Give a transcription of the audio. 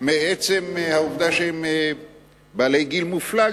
מעצם העובדה שהם בעלי גיל מופלג,